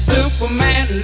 Superman